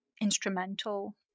instrumental